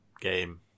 game